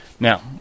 Now